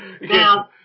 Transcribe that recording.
Now